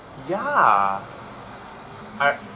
ya I